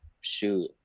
shoot